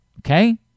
Okay